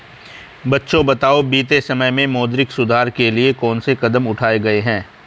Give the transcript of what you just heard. बच्चों बताओ बीते समय में मौद्रिक सुधार के लिए कौन से कदम उठाऐ गए है?